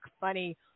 funny